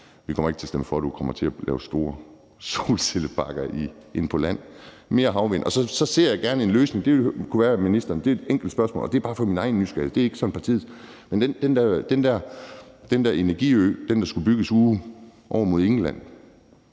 Vi kommer ikke til at stemme for, at du kommer til at få store solcelleparker på land, men flere havvindmøller. Så ser jeg gerne en løsning. Det kunne være, at ministeren kunne besvare et enkelt spørgsmål, og det er bare for min egen nysgerrigheds skyld, det er ikke fra partiet, og det er om den der energiø, der skulle bygges ude på havet over mod England: